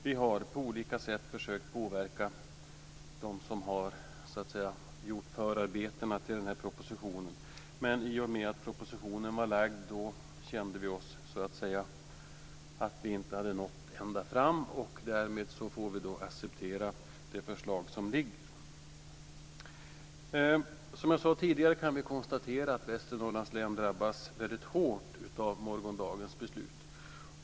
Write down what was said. Vi har på olika sätt försökt att påverka dem som så att säga har gjort förarbetena till den här propositionen. Men i och med att propositionen var framlagd insåg vi att vi inte hade nått ända fram. Därmed får vi acceptera det förslag som ligger. Som jag sade tidigare kan vi konstatera att Västernorrlands län drabbas väldigt hårt av morgondagens beslut.